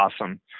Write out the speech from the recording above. awesome